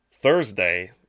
Thursday